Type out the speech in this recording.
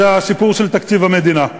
זה הסיפור של תקציב המדינה.